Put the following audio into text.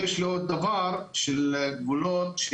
בקשה נוספת, של גבולות.